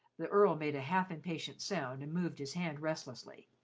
the earl made a half-impatient sound and moved his hand restlessly.